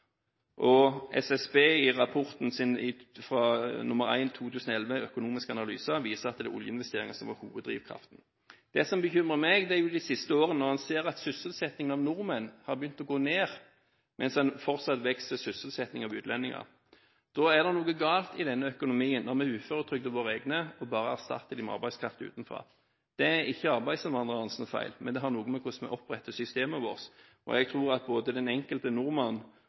SSB viser i rapporten 1/2011, Økonomiske analyser, at det var oljeinvesteringer som var hoveddrivkraften. Det som bekymrer meg, er at en de siste årene ser at sysselsettingen av nordmenn har begynt å gå ned, mens det er en fortsatt vekst i sysselsetting av utlendinger. Det er noe galt i denne økonomien når vi uføretrygder våre egne og bare erstatter dem med arbeidskraft utenfra. Det er ikke arbeidsinnvandrernes feil, men det har noe med hvordan vi oppretter systemene våre å gjøre, og jeg tror at både den enkelte nordmann